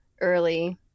early